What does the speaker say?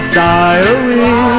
diary